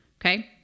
okay